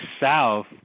South